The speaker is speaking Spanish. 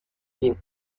pie